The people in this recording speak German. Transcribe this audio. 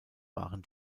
waren